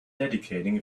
dedicating